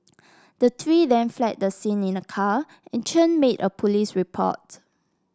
the three then fled the scene in a car and Chen made a police report